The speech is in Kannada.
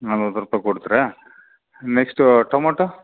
ನಲ್ವತ್ತು ರೂಪಾಯ್ಗೆ ಕೊಡ್ತೀರಾ ನೆಕ್ಸ್ಟು ಟೊಮೊಟೋ